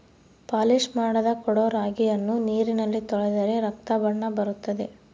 polish ಮಾಡದ ಕೊಡೊ ರಾಗಿಯನ್ನು ನೀರಿನಲ್ಲಿ ತೊಳೆದರೆ ರಕ್ತದ ಬಣ್ಣ ಬರುತ್ತದೆ